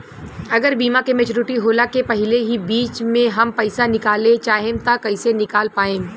अगर बीमा के मेचूरिटि होला के पहिले ही बीच मे हम पईसा निकाले चाहेम त कइसे निकाल पायेम?